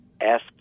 asked